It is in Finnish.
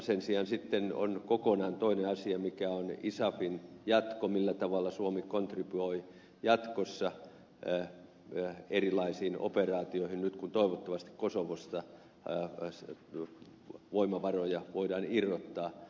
sen sijaan sitten on kokonaan toinen asia mikä on isafin jatko millä tavalla suomi kontribuoi jatkossa erilaisiin operaatioihin nyt kun toivottavasti kosovosta voimavaroja voidaan irrottaa